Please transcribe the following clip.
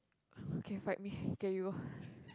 okay fight me okay you go